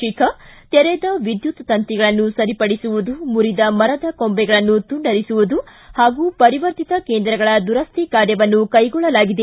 ಶಿಖಾ ತೆರೆದ ವಿದ್ಯುತ್ ತಂತಿಗಳನ್ನು ಸರಿಪಡಿಸುವುದು ಮುರಿದ ಮರದ ಕೊಂಬೆಗಳನ್ನು ತುಂಡರಿಸುವುದು ಹಾಗೂ ಪರಿವರ್ತಿತ ಕೇಂದ್ರಗಳ ದುರ್ನು ಕಾರ್ಯವನ್ನು ಕೈಗೊಳ್ಳಲಾಗಿದೆ